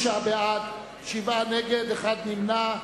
96 בעד, שבעה נגד, נמנע אחד.